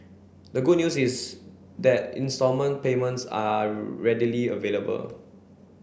the good news is that instalment payments are readily available